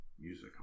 music